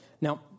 Now